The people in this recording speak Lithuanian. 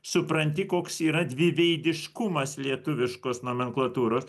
supranti koks yra dviveidiškumas lietuviškos nomenklatūros